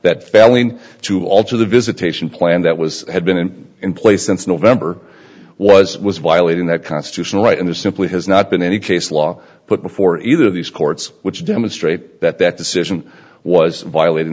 that failing to alter the visitation plan that was had been in place since november was was violating that constitutional right and there simply has not been any case law put before either of these courts which demonstrate that that decision was violat